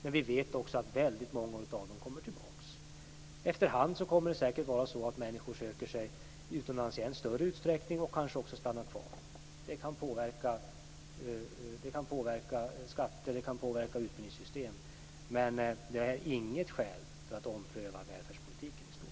Men vi vet också att väldigt många av dem kommer tillbaka. Efter hand kommer det säkert att vara så att människor söker sig utomlands i än större utsträckning och kanske också stannar kvar. Det kan påverka skatter och utbildningssystem, men det är inget skäl för att ompröva välfärdspolitiken i stort.